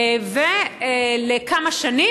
ולכמה שנים.